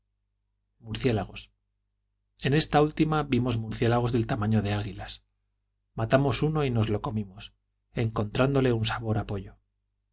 murciélagos en esta última vimos murciélagos del tamaño de águilas matamos uno y nos lo comimos encontrándole un sabor a